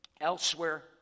elsewhere